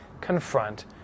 confront